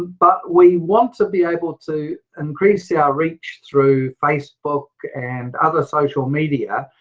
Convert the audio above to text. but we want to be able to increase yeah our reach through facebook and other social media.